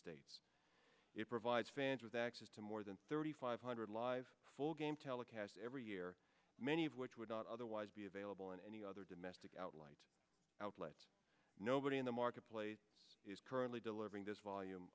states it provides fans with access to more than thirty five hundred live full game telecast every year many of which would not otherwise be available in any other domestic outlined outlets nobody in the marketplace is currently delivering this volume